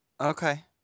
Okay